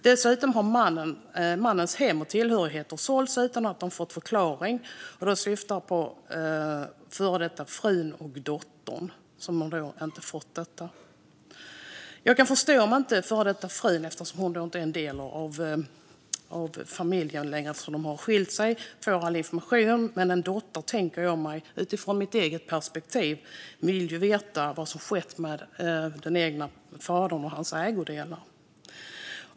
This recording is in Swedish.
Dessutom har mannens hem och tillhörigheter sålts utan att den före detta frun och dottern fått någon förklaring. Jag kan förstå om den före detta frun inte får all information, eftersom de har skilt sig och hon inte är en del av familjen längre, men en dotter, tänker jag mig utifrån mitt eget perspektiv, vill ju veta vad som skett med fadern och hans ägodelar.